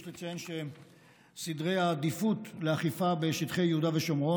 יש לציין שסדרי העדיפויות לאכיפה בשטחי יהודה ושומרון